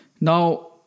Now